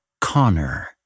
Connor